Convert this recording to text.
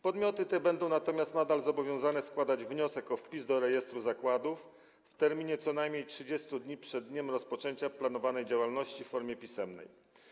Podmioty te będą natomiast nadal obowiązane składać wniosek o wpis do rejestru zakładów, w terminie co najmniej 30 dni przed dniem rozpoczęcia planowanej działalności, w formie pisemnej.